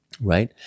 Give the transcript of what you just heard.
Right